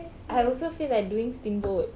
I also feel like doing steamboat